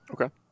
Okay